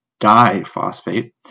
diphosphate